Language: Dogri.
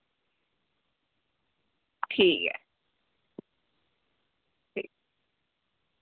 ठीक ऐ